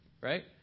Right